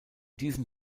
diesem